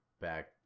back